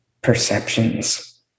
perceptions